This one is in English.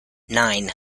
nine